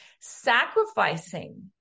sacrificing